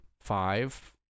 five